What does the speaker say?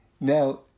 Now